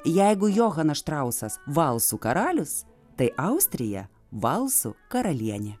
jeigu johanas štrausas valsų karalius tai austrija valsų karalienė